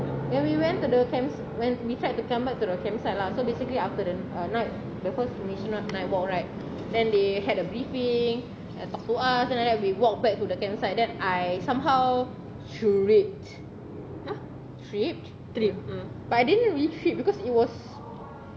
when we went to the camps when we tried to come back to the campsite lah so basically after the uh night the first mission night walk right then they had a briefing then tepuk ah something like that we walked back to the campsite that I somehow tripped tripped but I didn't really trip because it was